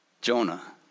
Jonah